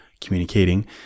communicating